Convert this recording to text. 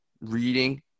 reading